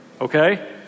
okay